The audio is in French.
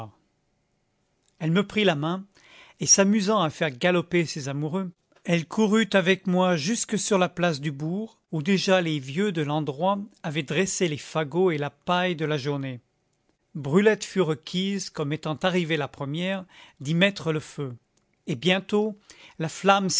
elle me prit la main et s'amusant à faire galoper ses amoureux elle courut avec moi jusque sur la place du bourg où déjà les vieux de l'endroit avaient dressé les fagots et la paille de la jaunée brulette fut requise comme étant arrivée la première d'y mettre le feu et bientôt la flamme